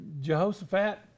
Jehoshaphat